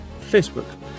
Facebook